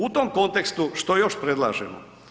U tom kontekstu što još predlažemo?